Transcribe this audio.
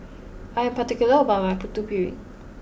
I am particular about my Putu Piring